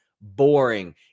boring